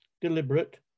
deliberate